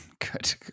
Good